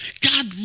God